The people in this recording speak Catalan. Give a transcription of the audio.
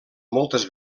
moltes